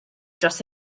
dros